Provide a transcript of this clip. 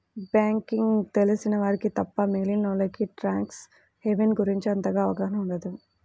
banking తెలిసిన వారికి తప్ప మిగిలినోల్లకి ట్యాక్స్ హెవెన్ గురించి అంతగా అవగాహన ఉండదు